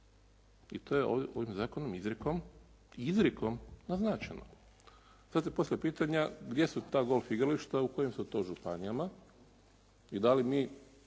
I to je ovim zakonom izrijekom naznačeno. Sad se postavljaju pitanja gdje su ta golf igrališta, u kojim su to županijama i da li mi